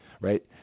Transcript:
Right